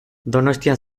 donostian